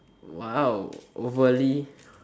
!wow! overly